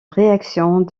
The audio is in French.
réactions